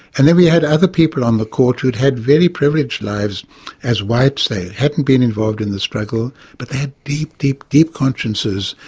and then we had other people on the court who'd had very privileged lives as whites, they hadn't been involved in the struggle, but they had deep, deep deep consciences,